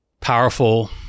powerful